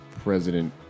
President